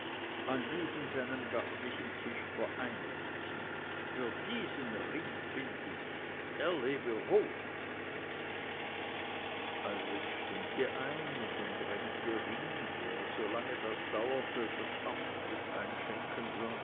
an diesem seinem gastlichen tisch vereinigt sieht für diesen ring bin ich er lebe hoch alles stimmte ein und umdrängte ring der solange das dauerte das amt des einschenkens